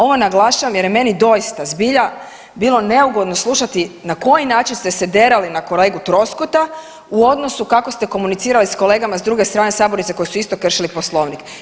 Ovo naglašavam jer je meni doista, zbilja bilo neugodno slušati na koji način ste se derali na kolegu Troskota u odnosu kako ste komunicirali s kolegama s druge strane sabornice koji su isto kršili Poslovnik.